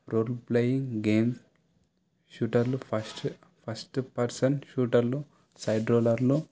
role playing game షూటర్లు first first person షూటర్లు side రోలర్లు